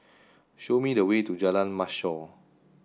show me the way to Jalan Mashhor